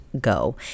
go